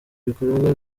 ibikorwa